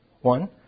one